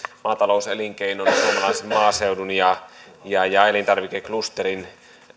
maatalouselinkeinon suomalaisen maaseudun ja ja elintarvikeklusterin